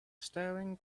staring